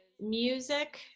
music